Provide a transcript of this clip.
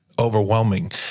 overwhelming